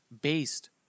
based